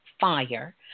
fire